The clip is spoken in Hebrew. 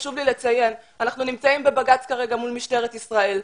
חשוב לי לציין שאנחנו נמצאים בבג"צ כרגע מול משטרת ישראל,